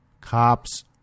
cops